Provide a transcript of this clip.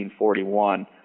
1941